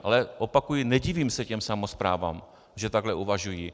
Ale opakuji, nedivím se těm samosprávám, že takhle uvažují.